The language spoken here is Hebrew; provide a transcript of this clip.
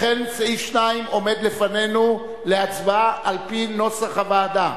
לכן סעיף 2 עומד לפנינו להצבעה על-פי נוסח הוועדה.